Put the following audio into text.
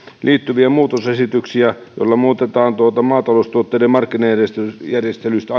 liittyviä muutosesityksiä joilla muutetaan maatalous tuotteiden markkinajärjestelystä